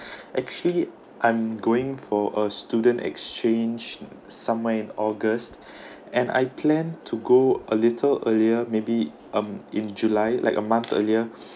actually I'm going for a student exchange somewhere in august and I plan to go a little earlier maybe um in july like a month earlier